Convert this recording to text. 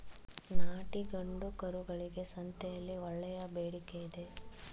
ನಾಟಿ ಗಂಡು ಕರುಗಳಿಗೆ ಸಂತೆಯಲ್ಲಿ ಒಳ್ಳೆಯ ಬೇಡಿಕೆಯಿದೆ